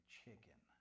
chicken